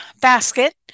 basket